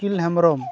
ᱩᱠᱤᱞ ᱦᱮᱢᱵᱨᱚᱢ